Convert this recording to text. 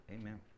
Amen